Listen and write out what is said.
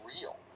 real